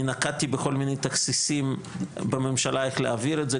אני נקטתי בכל מיני תכסיסים בממשלה איך להעביר את זה,